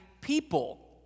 people